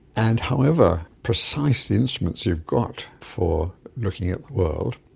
and however precise the instruments you've got for looking at the world,